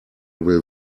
will